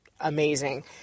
amazing